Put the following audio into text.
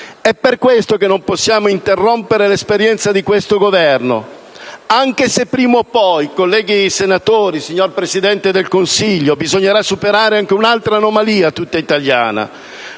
È per questo che non possiamo interrompere l'esperienza di questo Governo, anche se prima o poi, colleghi senatori, signor Presidente del Consiglio, bisognerà superare anche un'altra anomalia tutta italiana: